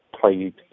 played